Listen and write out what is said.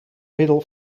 middel